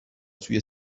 توی